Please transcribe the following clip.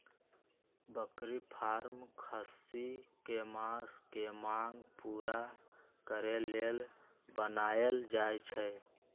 बकरी फारम खस्सी कें मास के मांग पुरा करे लेल बनाएल जाय छै